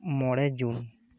ᱢᱚᱬᱮ ᱡᱩᱱ